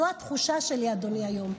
זו התחושה שלי, אדוני, היום.